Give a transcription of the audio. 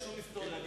אני היסטוריון.